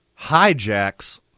hijacks